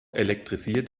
elektrisiert